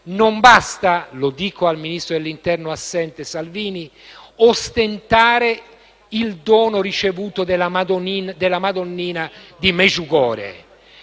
Non basta - mi rivolgo al ministro dell'interno assente Salvini - ostentare il dono ricevuto della madonnina di Medjugorje.